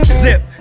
zip